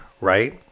right